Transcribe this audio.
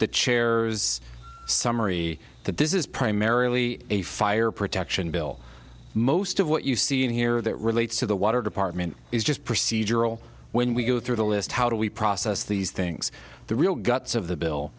the chairs summary that this is primarily a fire protection bill most of what you see here that relates to the water department is just procedural when we go through the list how do we process these things the real guts of the bill